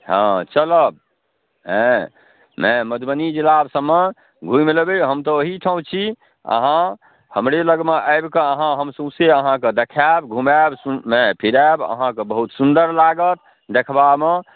हँ चलब अँए मधुबनी जिला सबमे घुमि लेबै हम तऽ ओहिठाम छी अहाँ हमरे लगमे आबिके अहाँ हम सौँसे अहाँके देखाएब घुमाएब सुन फिराएब अहाँके बहुत सुन्दर लागत देखबामे